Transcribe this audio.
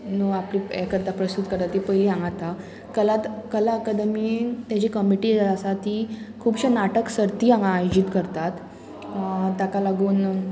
न्हू आपली हें करता प्रस्तूत करता ती पयली हांगा आतां कला कला अकादमी तेजी कमिटी जी आसा ती खुबशे नाटक सर्ती हांगा आयोजीत करतात ताका लागून